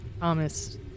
Thomas